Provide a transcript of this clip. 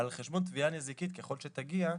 על חשבון תביעה נזיקית ככל שתגיע,